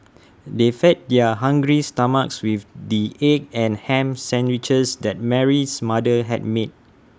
they fed their hungry stomachs with the egg and Ham Sandwiches that Mary's mother had made